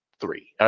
three